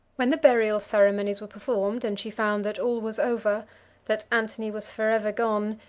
when the burial ceremonies were performed, and she found that all was over that antony was forever gone,